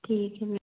ठीक है मेम